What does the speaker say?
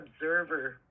observer